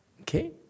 Okay